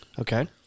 Okay